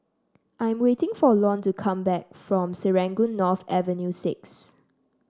I'm waiting for Lon to come back from Serangoon North Avenue Six